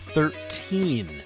Thirteen